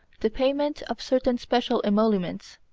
the payment of certain special emoluments,